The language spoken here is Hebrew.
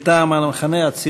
ואת זה אמרתי לך קודם,